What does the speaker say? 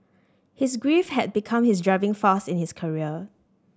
his grief had become his driving force in his career